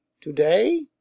to-day